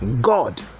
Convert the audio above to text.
God